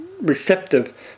receptive